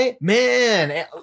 man